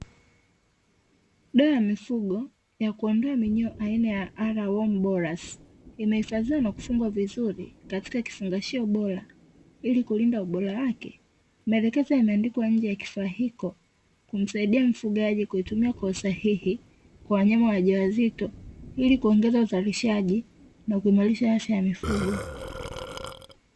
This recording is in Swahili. Dawa ya mifugo ya kuondoa minyoo aina ya "R worm borus" imehifadhiwa na kufungwa vizuri katika kifungashio bora ili kulinda ubora wake. Maelekezo yameandikwa nje ya kifaa iko kumsaidia mfugaji kuitumia kwa usahihi kwa wanyama wajawazito ili kuongeza uzalishaji na kuimarisha afya ya mifugo.